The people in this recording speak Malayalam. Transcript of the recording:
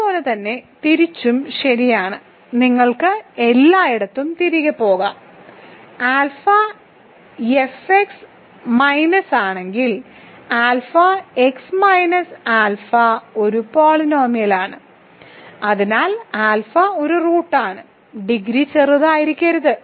അതുപോലെ തന്നെ തിരിച്ചും ശരിയാണ് നിങ്ങൾക്ക് എല്ലായിടത്തും തിരികെ പോകാം ആൽഫ F എക്സ് മൈനസാണെങ്കിൽ alpha F x minus alpha ഒരു പോളിനോമിയലാണ് അതിൽ ആൽഫ ഒരു റൂട്ടാണ് ഡിഗ്രി ചെറുതായിരിക്കരുത്